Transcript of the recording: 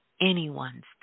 anyone's